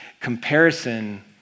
Comparison